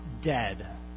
dead